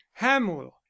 Hamul